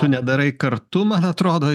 tu nedarai kartu man atrodo